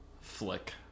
flick